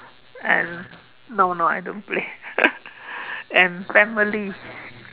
and no no I don't play and family